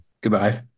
Goodbye